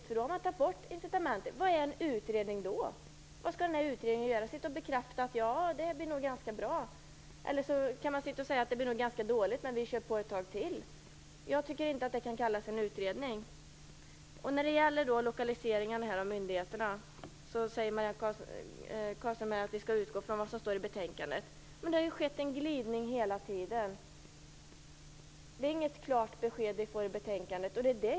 Om man gör så har man tagit bort incitamentet. Vad är då en utredning värd? Vad skall utredningen göra? Skall den sitta och bekräfta: Det blir nog ganska bra. Eller skall den säga: Det blir nog ganska dåligt, men vi kör vidare ett tag till. Jag tycker inte att det kan kallas en utredning. När det gäller lokaliseringen av myndigheterna säger Marianne Carlström här att vi skall utgå från vad som står i betänkandet. Men det har hela tiden skett en glidning. Det är inget klart besked vi får i betänkandet.